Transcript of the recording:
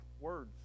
words